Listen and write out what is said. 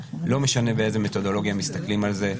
לא משנה באיזו מתודולוגיה מסתכלים על זה,